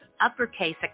uppercase